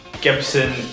Gibson